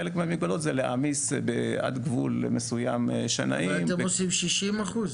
חלק מהמגבלות הן להעמיס שנאים עד גבול מסוים --- ואתם עושים 60%?